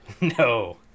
No